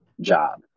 job